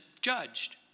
judged